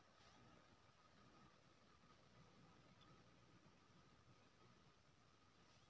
LIC portal सँ कोनो बेकती प्रधानमंत्री जीबन ज्योती बीमा योजना आँनलाइन कीन सकैए